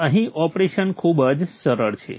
અહીં ઓપરેશન ખૂબ જ સરળ છે